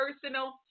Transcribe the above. personal